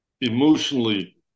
emotionally